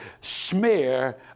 smear